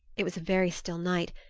it was a very still night,